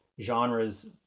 genres